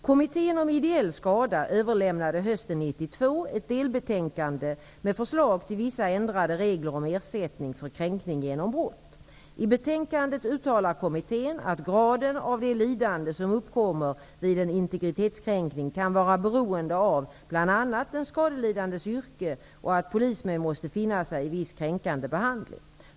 1992 ett delbetänkande med förslag till vissa ändrade regler om ersättning för kränkning genom brott. I betänkandet uttalar kommittén att graden av det lidande som uppkommer vid en integritetskränkning kan vara beroende bl.a. av den skadelidandes yrke och att polismän måste finna sig i viss kränkande behandling.